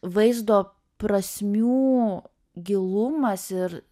vaizdo prasmių gilumas ir